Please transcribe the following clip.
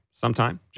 sometime